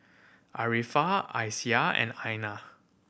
Arifa Aisyah and Aina